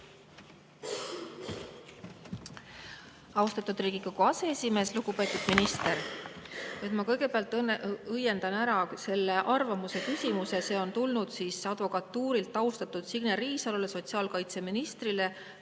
Austatud Riigikogu aseesimees! Lugupeetud minister! Ma kõigepealt õiendan ära selle arvamuse küsimuse. See [arvamus] on tulnud advokatuurilt austatud Signe Riisalole, sotsiaalkaitseministrile,